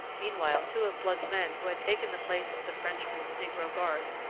meanwhile, two of blood's men who had taken the place of the frenchman's negro guards,